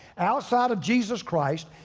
outside of jesus christ,